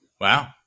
Wow